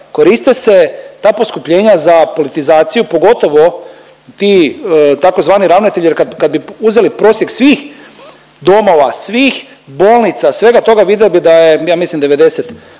koriste se ta poskupljenja za politizaciju, pogotovo ti tzv. ravnatelji jer kad bi uzeli prosjek svih domova, svih bolnica, svega toga vidjeli bi da je, ja mislim 99%